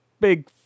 big